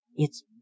It's